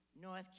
North